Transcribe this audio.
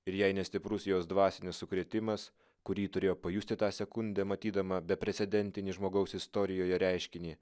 ir jei ne stiprus jos dvasinis sukrėtimas kurį turėjo pajusti tą sekundę matydama beprecedentinį žmogaus istorijoje reiškinį